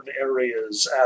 areas